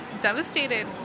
devastated